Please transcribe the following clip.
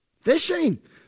Fishing